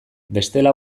bestela